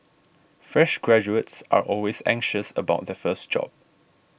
fresh graduates are always anxious about their first job